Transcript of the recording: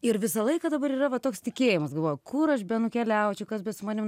ir visą laiką dabar yra va toks tikėjimas galvoju kur aš nukeliaučiau kas be su manim